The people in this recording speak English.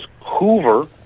hoover